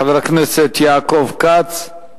חבר הכנסת יעקב כץ,